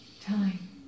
time